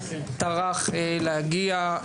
טרח להגיע,